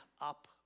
up